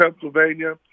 Pennsylvania